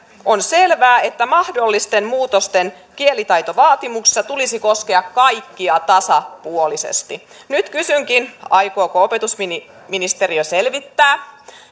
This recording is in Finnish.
on selvää että mahdollisten muutosten kielitaitovaatimuksissa tulisi koskea kaikkia tasapuolisesti nyt kysynkin aikooko opetusministeriö selvittää